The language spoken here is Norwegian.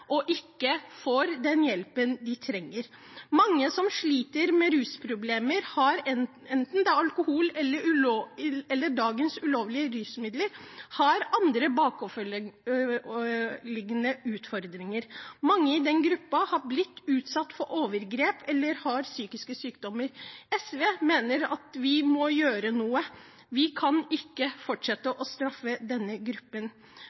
og ikke får den hjelpen de trenger. Mange som sliter med rusproblemer, enten det er alkohol eller dagens ulovlige rusmidler, har andre bakenforliggende utfordringer. Mange i den gruppen har blitt utsatt for overgrep eller har psykiske sykdommer. SV mener at vi må gjøre noe. Vi kan ikke fortsette å straffe denne gruppen.